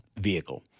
vehicle